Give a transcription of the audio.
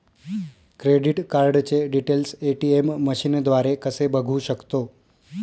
Credit कार्डचे details ATM मशीनद्वारे कसे बघू शकतो?